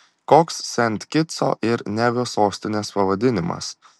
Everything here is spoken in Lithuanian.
koks sent kitso ir nevio sostinės pavadinimas